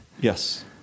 Yes